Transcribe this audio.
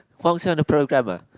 function a programmer